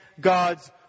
God's